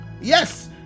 yes